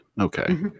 Okay